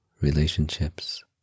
relationships